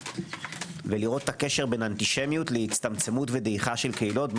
ולראות את הקשר בין אנטישמיות להצטמצמות ודעיכה של קהילות.